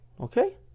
okay